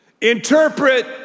interpret